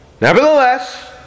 Nevertheless